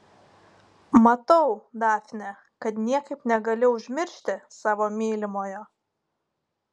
matau dafne kad niekaip negali užmiršti savo mylimojo